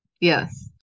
yes